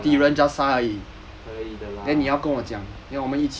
可以啦可以的啦